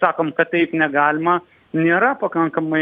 sakom kad taip negalima nėra pakankamai